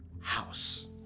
house